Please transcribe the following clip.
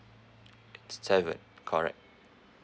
seven correct